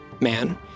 man